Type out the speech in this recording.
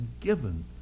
given